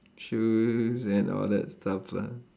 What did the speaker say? shoes and all that stuff lah